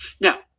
Now